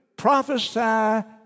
prophesy